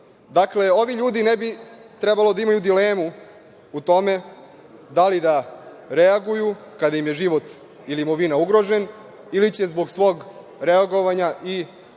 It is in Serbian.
ovi ljudi ne bi trebalo da imaju dilemu u tome da li da reaguju kada im je imovina ili život ugrožen, ili će zbog svog reagovanja i odbrane